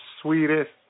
sweetest